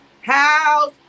house